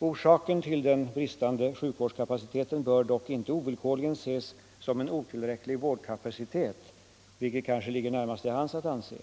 Orsaken till den bristande sjukvårdskapaciteten bör dock inte ovillkorligen ses som en otillräcklig vårdkapacitet — vilket det kanske ligger närmast till hands att anse.